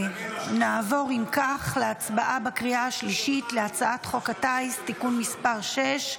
נעבור אם כך להצבעה בקריאה השלישית על הצעת חוק הטיס (תיקון מס' 6),